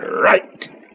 Right